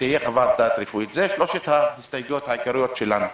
אלה שלושת ההסתייגויות העיקריות שלנו.